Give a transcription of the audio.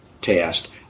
test